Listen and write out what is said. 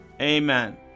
amen